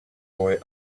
boy